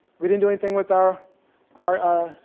we didn't do anything with our our ah.